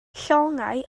llongau